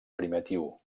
primitiu